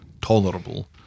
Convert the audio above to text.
tolerable